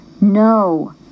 No